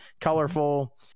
colorful